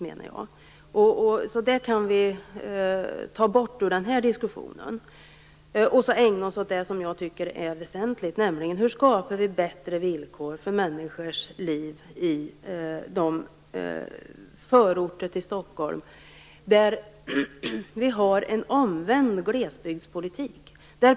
Vi kan alltså föra bort det från den här diskussionen och ägna oss åt det som jag tycker är väsentligt, nämligen hur vi skapar bättre villkor för människors liv i de förorter till Stockholm där vi har en omvänd glesbygdspolitik.